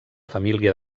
família